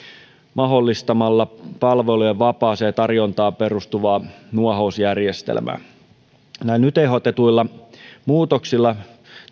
mahdollistamalla palvelujen vapaaseen tarjontaan perustuvaa nuohousjärjestelmää näillä nyt ehdotetuilla muutoksilla